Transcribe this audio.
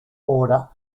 border